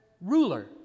ruler